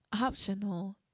optional